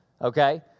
okay